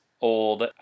old